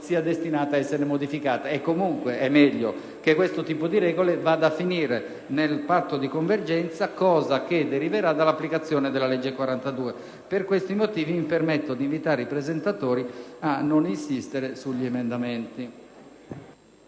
sia destinata ad essere modificata. Comunque, è meglio che questo tipo di regole vada a finire nel Patto di convergenza, cosa che deriverà dall'applicazione della legge 5 maggio 2009, n. 42. Per questi motivi, mi permetto di invitare i presentatori a non insistere sulla votazione